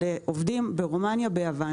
לעובדים ברומניה וביוון.